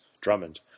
Drummond